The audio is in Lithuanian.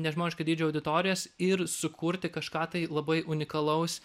nežmoniško dydžio auditorijas ir sukurti kažką tai labai unikalaus